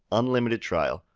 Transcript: unlimited trial,